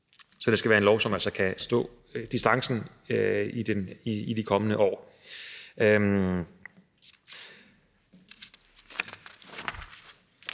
Så det skal altså være en lov, som kan stå distancen i de kommende år.